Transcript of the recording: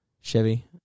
Chevy